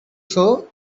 sow